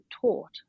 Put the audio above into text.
taught